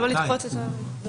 לא אכפת לי,